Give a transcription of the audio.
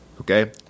okay